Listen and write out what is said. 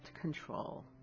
control